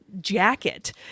jacket